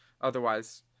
otherwise